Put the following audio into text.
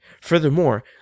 Furthermore